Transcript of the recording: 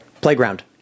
playground